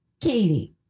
Katie